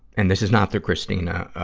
and this is not the christina,